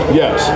yes